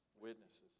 Witnesses